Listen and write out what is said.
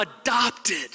adopted